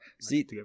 See